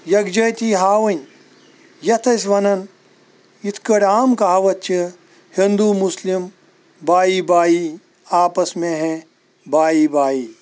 یکجہتی ہاؤنۍ یَتھ أسۍ وَنان یِتھ کٲٹھۍ عام کہاوت چھِ ہِنٛدو مُسلِم بایی بایی آپَس مے ہیں بایی بایی